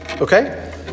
Okay